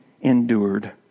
endured